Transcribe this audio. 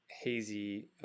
hazy